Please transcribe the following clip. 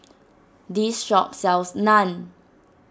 this shop sells Naan